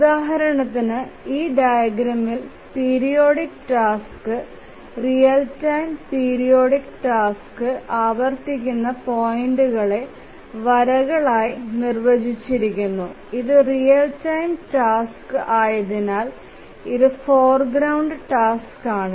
ഉദാഹരണത്തിന് ഈ ഡയഗ്രമിൽ periodic task real time periodic task ആവർത്തിക്കുന്ന പോയിന്റിനെ വരകൾ നിർവചിക്കുന്നു ഇത് റിയൽ ടൈം ടാസ്ക് ആയതിനാൽ ഇത് ഫോർഗ്രൌണ്ട് ടാസ്ക് ആണ്